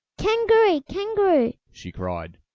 kangaroo! kangaroo! she cried,